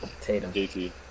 Tatum